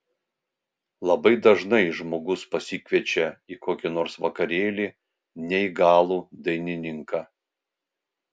labai dažnai žmogus pasikviečia į kokį nors vakarėlį neįgalų dainininką